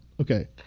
Okay